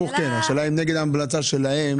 הפוך כן, השאלה אם נגד ההמלצה שלהם?